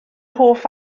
hoff